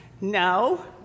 No